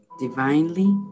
Divinely